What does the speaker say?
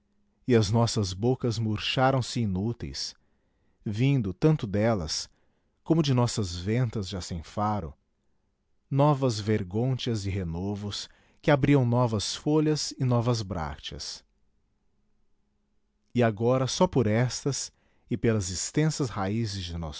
e as nossas bocas murcharam se inúteis vindo tanto delas como de nossas ventas já sem faro novas vergônteas e renovos que abriam novas folhas e novas brácteas e agora só por estas e pelas extensas raízes